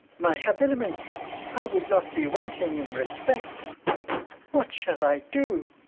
my habiliments i would not be wanting in respect what shall i do?